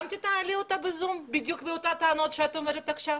גם תקיימי אותה ב-זום בדיוק באותן טענות שאת טוענת עכשיו?